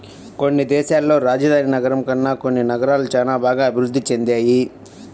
కొన్ని దేశాల్లో రాజధాని నగరం కన్నా కొన్ని నగరాలు చానా బాగా అభిరుద్ధి చెందాయి